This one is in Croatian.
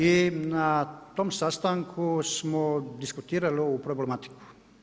I na tom sastanku smo diskutirali ovu problematiku.